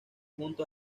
junto